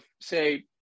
say